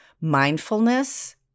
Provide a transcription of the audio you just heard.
mindfulness